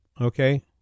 Okay